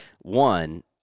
One